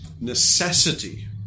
necessity